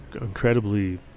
incredibly